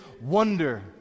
wonder